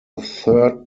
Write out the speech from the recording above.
third